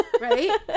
right